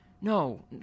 no